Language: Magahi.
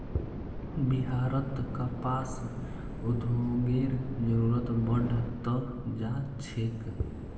बिहारत कपास उद्योगेर जरूरत बढ़ त जा छेक